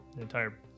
entire